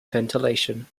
ventilation